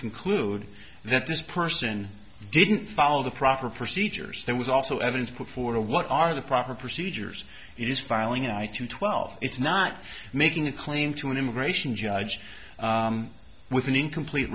conclude that this person didn't follow the proper procedures there was also evidence for what are the proper procedures it is filing an eye to twelve it's not making a claim to an immigration judge with an incomplete